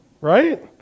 Right